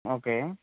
okay